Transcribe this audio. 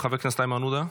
חבר הכנסת איימן עודה,